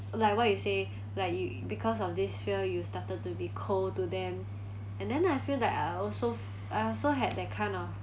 like what you say like you because of this fear you started to be cold to them and then I feel like I also f~ I also had that kind of